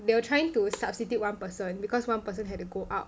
they were trying to substitute one person because one person had to go out